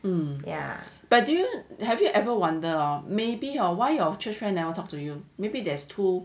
um yeah